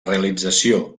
realització